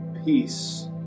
Peace